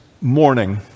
morning